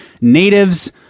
natives